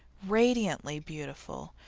radiantly beautiful,